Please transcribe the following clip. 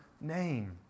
name